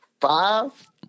five